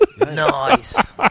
Nice